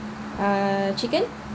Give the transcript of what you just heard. ah chicken